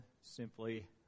simply